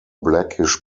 blackish